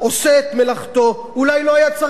אולי לא היה צריך את החוק הזה.